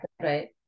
right